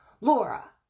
Laura